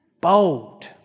Bold